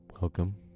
welcome